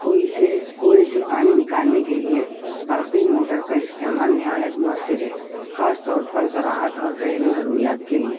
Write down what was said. کوئی سے کنویں سے پانی نکالنے کے لیے برقی موٹر کا استعمال نہایت مؤثر ہے خاص طور پر زراعت اور گھریلو ضروریات کے لیے